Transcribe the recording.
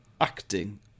acting